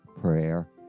prayer